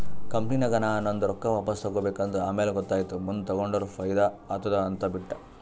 ಕಂಪನಿನಾಗ್ ನಾ ನಂದು ರೊಕ್ಕಾ ವಾಪಸ್ ತಗೋಬೇಕ ಅಂದ ಆಮ್ಯಾಲ ಗೊತ್ತಾಯಿತು ಮುಂದ್ ತಗೊಂಡುರ ಫೈದಾ ಆತ್ತುದ ಅಂತ್ ಬಿಟ್ಟ